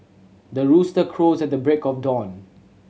the rooster crows at the break of dawn